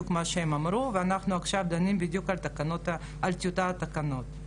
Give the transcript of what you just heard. מה שהם אמרו ואנחנו עכשיו דנים בטיוטת התקנות.